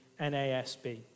NASB